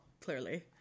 clearly